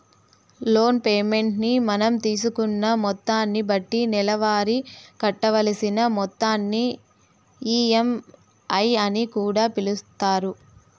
loan payment ని మనం తీసుకున్న మొత్తాన్ని బట్టి నెలవారీ కట్టవలసిన మొత్తాన్ని ఈ.ఎం.ఐ అని కూడా పిలుస్తారు